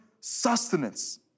sustenance